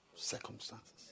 circumstances